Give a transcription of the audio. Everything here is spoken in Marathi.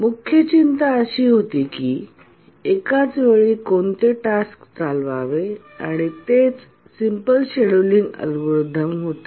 मुख्य चिंता अशी होती की एकाच वेळी कोणते टास्क चालवावे आणि तेच सिम्पल शेडूलिंग अल्गोरिथम होते